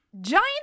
Giant